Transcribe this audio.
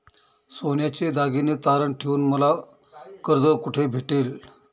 सोन्याचे दागिने तारण ठेवून मला कर्ज कुठे भेटेल?